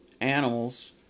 animals